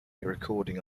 recording